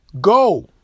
go